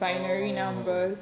oh